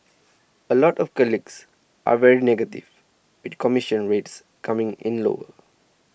a lot of colleagues are very negative with commission rates coming in lower